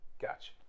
Gotcha